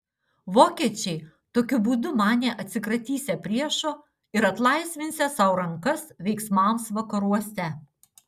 vokiečiai tokiu būdu manė atsikratysią priešo ir atlaisvinsią sau rankas veiksmams vakaruose